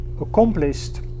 accomplished